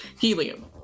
helium